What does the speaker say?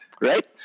right